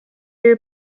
your